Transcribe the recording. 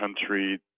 country